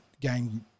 game